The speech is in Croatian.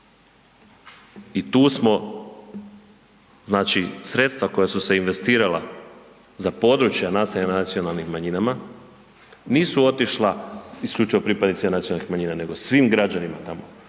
i tu smo znači sredstva koja su se investirala za područja naseljena nacionalnim manjinama, nisu otišla isključivo pripadnicima nacionalnih manjina nego svim građanima tamo.